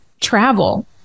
travel